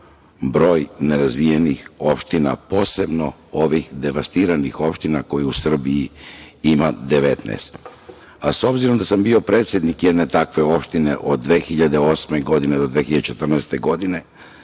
broj nerazvijenih opština, posebno ovih devastiranih opština kojih u Srbiji ima 19.S obzirom, da sam bio predsednik jedne takve opštine od 2008. do 2014. godine